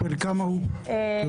אני